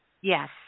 Yes